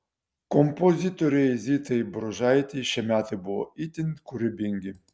kompozitorei zitai bružaitei šie metai buvo itin kūrybingi